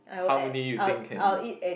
how many you think you can eat